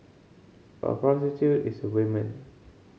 a prostitute is a women